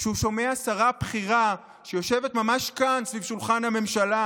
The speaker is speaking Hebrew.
כשהוא שומע שרה בכירה שיושבת ממש כאן סביב שולחן הממשלה